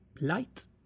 light